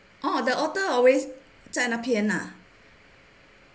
oh the otter always 在那边